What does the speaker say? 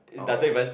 oh